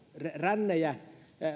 rännejä